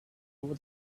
over